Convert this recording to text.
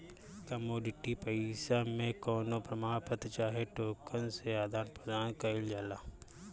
commodity पईसा मे कवनो प्रमाण पत्र चाहे टोकन से आदान प्रदान कईल जाला